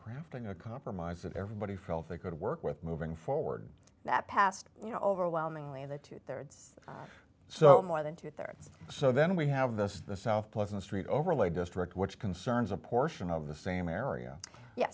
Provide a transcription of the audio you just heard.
crafting a compromise that everybody felt they could work with moving forward that passed you know overwhelmingly the two thirds or so more than two thirds so then we have this the south pleasant street overlay district which concerns a portion of the same area ye